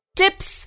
tips